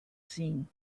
seen